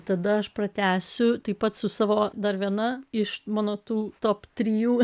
tada aš pratęsiu taip pat su savo dar viena iš mano tų top trijų